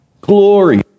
glory